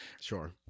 Sure